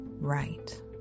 right